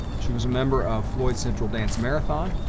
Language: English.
she was a member of floyd central dance marathon,